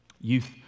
youth